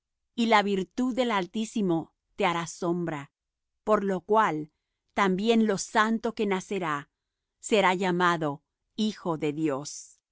y la virtud del altísimo te hará sombra por lo cual también lo santo que nacerá será llamado hijo de dios